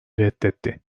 reddetti